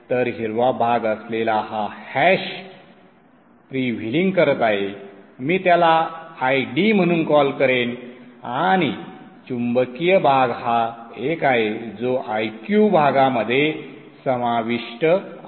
तर हिरवा भाग असलेला हा हॅश फ्रीव्हीलिंग करत आहे मी त्याला Id म्हणून कॉल करेनआणि चुंबकीय भाग हा एक आहे जो Iq भागामध्ये समाविष्ट आहे